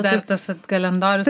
dar tas kalendorius